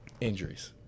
injuries